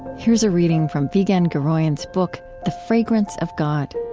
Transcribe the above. here's a reading from vigen guroian's book the fragrance of god